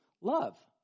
love